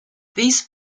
these